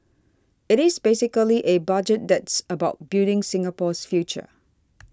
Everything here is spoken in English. it is basically a Budget that's about building Singapore's future